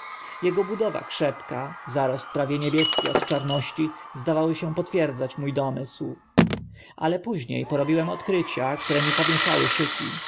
jego budowa krzepka zarost prawie niebieski od czarności zdawały się potwierdzać mó domysł ale późnie porobiłem odkrycia które mi pomieszały szyki